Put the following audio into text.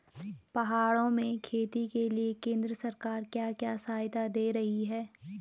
पहाड़ों में खेती के लिए केंद्र सरकार क्या क्या सहायता दें रही है?